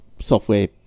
software